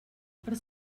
per